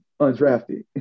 undrafted